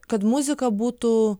kad muzika būtų